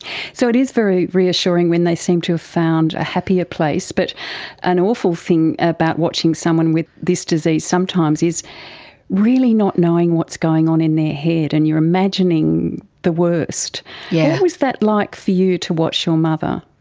so it is very reassuring when they seem to have found a happier place. but an awful thing about watching someone with this disease sometimes is really not knowing what's going on in there head, and you are imagining the worst. what yeah was that like for you, to watch your mother?